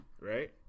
Right